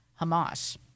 Hamas